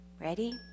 Ready